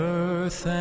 earth